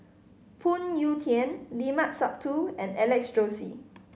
Phoon Yew Tien Limat Sabtu and Alex Josey